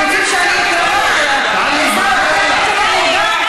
אתם רוצים שאני, או שאתם,